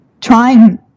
trying